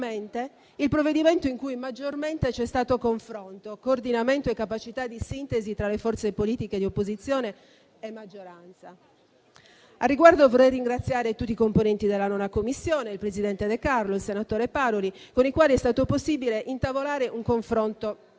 il provvedimento in cui maggiormente c'è stato confronto, coordinamento e capacità di sintesi tra le forze politiche di opposizione e di maggioranza. Al riguardo vorrei ringraziare tutti i componenti della 9a Commissione, il presidente De Carlo e il senatore Paroli, con i quali è stato possibile intavolare un confronto